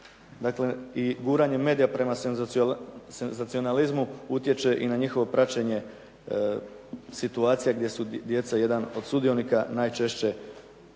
dakle, i guranje medija prema senzacionalizmu utječe i na njihovo praćenje situacija gdje su djeca jedan od sudionika najčešće,